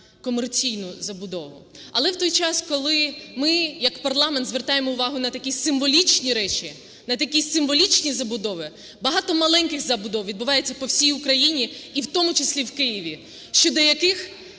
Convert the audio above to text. комерційну забудову. Але у той час, коли ми як парламент звертаємо увагу на такі символічні речі, на такі символічні забудови, багато маленьких забудов відбуваються по всій Україні і у тому числі в Києві, щодо яких